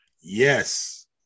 Yes